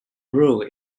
rule